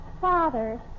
Father